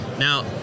Now